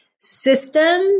system